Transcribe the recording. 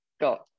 got